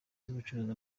z’ubucuruzi